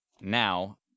now